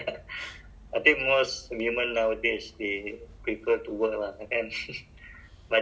kalau siapa dah kahwin kan atau like we have our own house kan maybe separate ah let's say I